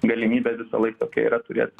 galimybė visąlaik tokia yra turėt